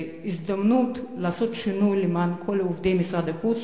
להזדמנות לעשות שינוי למען כל עובדי משרד החוץ,